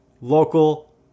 local